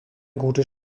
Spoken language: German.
gutes